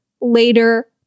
later